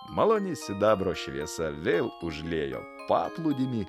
maloni sidabro šviesa vėl užliejo paplūdimį